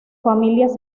familias